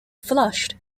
flushed